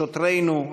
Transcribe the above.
שוטרינו,